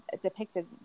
depicted